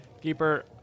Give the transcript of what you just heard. Keeper